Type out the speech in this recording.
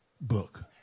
book